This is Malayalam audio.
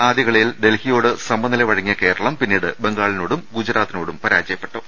ആദ്യ കളിയിൽ ഡൽഹിയോട് സമനില വഴങ്ങിയ കേരളം പിന്നീട് ബംഗാളിനോടും ഗുജറാത്തിനോടും പരാ ജയപ്പെട്ടു